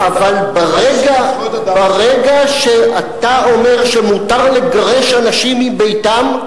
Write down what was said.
אבל ברגע שאתה אומר שמותר לגרש אנשים מביתם,